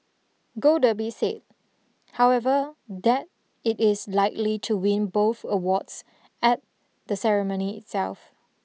Gold Derby said however that it is likely to win both awards at the ceremony itself